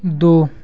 दो